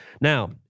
Now